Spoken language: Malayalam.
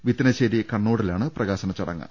വിത്തനശ്ശേരി കണ്ണോടിലാണ് പ്രകാശന ചടങ്ങ്